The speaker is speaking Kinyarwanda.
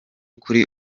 kuri